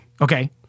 Okay